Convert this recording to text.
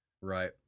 Right